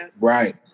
Right